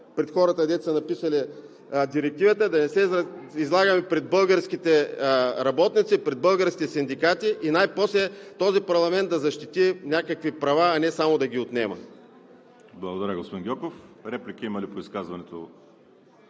пред хората, дето са написали Директивата, да не се излагаме пред българските работници, пред българските синдикати и най-после този парламент да защити някакви права, а не само да ги отнема. ПРЕДСЕДАТЕЛ ВАЛЕРИ СИМЕОНОВ: Благодаря, господин Гьоков. Има ли реплики по изказването,